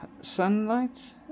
sunlight